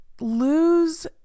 lose